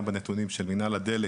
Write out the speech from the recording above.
גם בנתונים של מנהל הדלק,